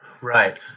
Right